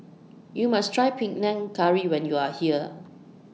YOU must Try Panang Curry when YOU Are here